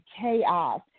chaos